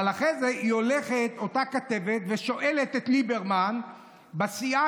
אבל אחרי הולכת אותה כתבת ושואלת את ליברמן בסיעה,